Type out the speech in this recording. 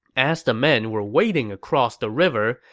as the men were wading across the river,